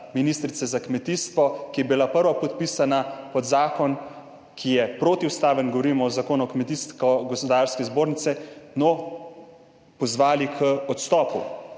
ministrice za kmetijstvo, ki je bila prva podpisana pod zakon, ki je protiustaven, govorimo o Zakonu o Kmetijsko gozdarski zbornici, njo pozvali k odstopu.